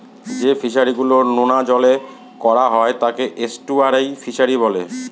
যে ফিশারি গুলো নোনা জলে করা হয় তাকে এস্টুয়ারই ফিশারি বলে